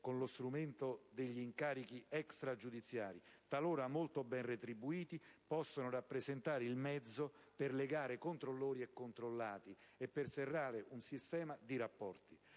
con lo strumento degli incarichi extragiudiziari che, talora molto ben retribuiti, possono rappresentare il mezzo per legare controllori a controllati e per serrare un sistema di rapporti.